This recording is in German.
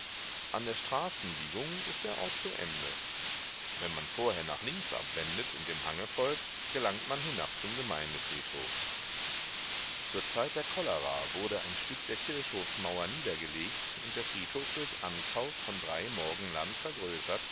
an der straßenbiegung ist der ort zu ende wenn man vorher nach links abwendet und dem hange folgt gelangt man hinab zum gemeindefriedhof zur zeit der cholera wurde ein stück der kirchhofsmauer niedergelegt und der friedhof durch ankauf von drei morgen land vergrößert